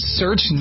search